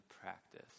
practice